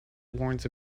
warns